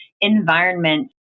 environment